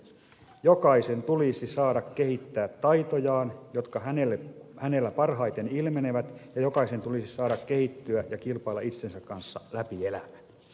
jokaisen tulisi saada kehittää taitojaan jotka hänellä parhaiten ilmenevät ja jokaisen tulisi saada kehittyä ja kilpailla itsensä kanssa läpi elämän